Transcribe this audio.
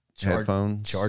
Headphones